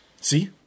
See